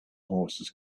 horses